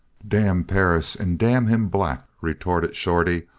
damn perris and damn him black, retorted shorty,